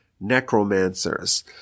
necromancers